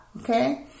okay